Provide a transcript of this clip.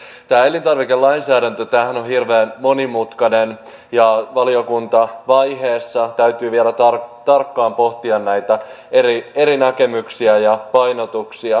tämä elintarvikelainsäädäntöhän on hirveän monimutkainen ja valiokuntavaiheessa täytyy vielä tarkkaan pohtia näitä eri näkemyksiä ja painotuksia